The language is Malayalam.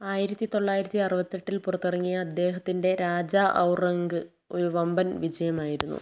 ആയിരത്തിത്തൊള്ളായിരത്തി അറുപത്തിയെട്ടിൽ പുറത്തിറങ്ങിയ അദ്ദേഹത്തിൻ്റെ രാജാ ഔർ റങ്ക് ഒരു വമ്പൻ വിജയമായിരുന്നു